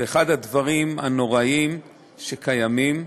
זה אחד הדברים הנוראיים שקיימים.